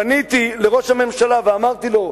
פניתי אל ראש הממשלה ואמרתי לו: